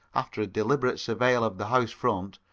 after a deliberate surveyal of the house front,